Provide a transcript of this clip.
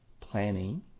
planning